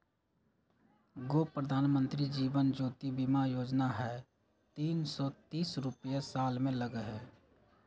गो प्रधानमंत्री जीवन ज्योति बीमा योजना है तीन सौ तीस रुपए साल में लगहई?